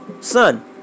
son